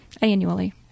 annually